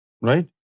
Right